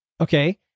Okay